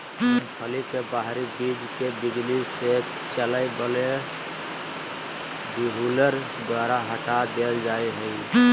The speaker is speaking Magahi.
मूंगफली के बाहरी बीज के बिजली से चलय वला डीहुलर द्वारा हटा देल जा हइ